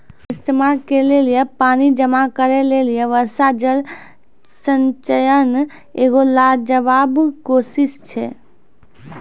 इस्तेमाल के लेली पानी जमा करै लेली वर्षा जल संचयन एगो लाजबाब कोशिश छै